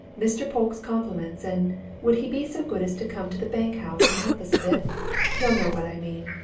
mr. polke's compliments, and would he be so good as to come to the bank-house and help us a bit he'll know what i mean.